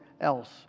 else